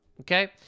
Okay